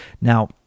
Now